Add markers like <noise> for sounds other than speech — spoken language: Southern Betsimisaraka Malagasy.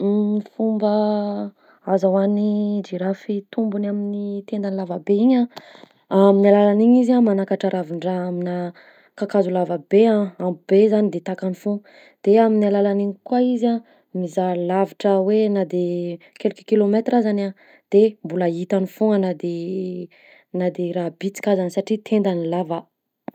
<hesitation> Fomba hazaoan'ny jirafy tombony amin'ny tendany lavabe igny a, amin'ny alalan'igny izy a manakatra ravin-draha aminà kakazo lavabe a, ambobe i zany de takany foagna, de amin'ny alalan'iny koa izy a mizaha lavitra hoe na de quelques kilomètres azany a de mbola hitany foagna na de na de raha bitsika azany satria tendany lava.